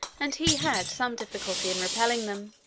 and he had some difficulty in repelling them.